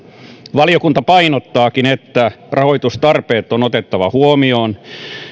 valiokunta painottaakin että rahoitustarpeet on otettava huomioon